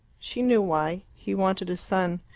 she knew why he wanted a son.